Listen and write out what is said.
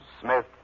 Smith